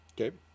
Okay